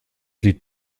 lied